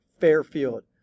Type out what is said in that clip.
Fairfield